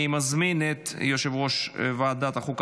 אני מזמין את יושב-ראש ועדת החוקה,